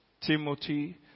Timothy